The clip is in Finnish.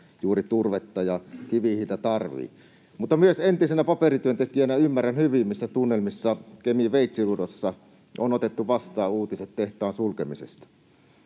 juuri turvetta ja kivihiiltä tarvitse. Mutta entisenä paperityöntekijänä ymmärrän myös hyvin, missä tunnelmissa Kemin Veitsiluodossa on otettu vastaan uutiset tehtaan sulkemisesta.